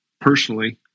personally